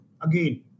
Again